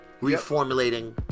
reformulating